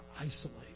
isolate